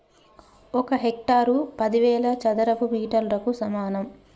ఒక హెక్టారు పదివేల చదరపు మీటర్లకు సమానం